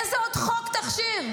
איזה עוד חוק תכשיר?